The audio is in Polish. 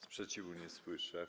Sprzeciwu nie słyszę.